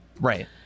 Right